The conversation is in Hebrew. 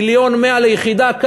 מיליון ו-100,000 ליחידה.